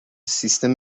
سیستم